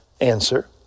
Answer